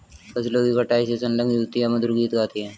फसलों की कटाई में संलग्न युवतियाँ मधुर गीत गाती हैं